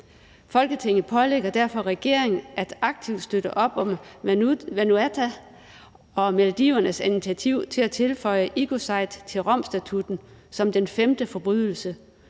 Folketinget pålægger derfor regeringen aktivt at støtte op om Vanuatu og Maldivernes initiativ om at tilføje ecocide til Romstatutten som den femte forbrydelse,